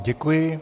Děkuji.